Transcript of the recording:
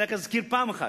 אני רק אזכיר פעם אחת.